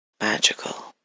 magical